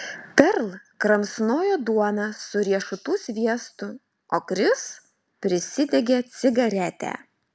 perl kramsnojo duoną su riešutų sviestu o kris prisidegė cigaretę